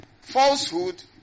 falsehood